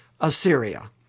Assyria